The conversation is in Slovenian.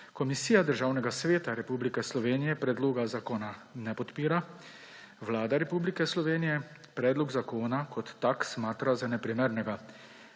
Komisija Državnega sveta Republike Slovenije predloga zakona ne podpira, Vlada Republike Slovenije predlog zakona kot tak smatra za neprimernega.